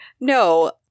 No